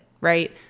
right